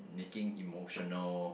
making emotional